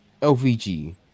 LVG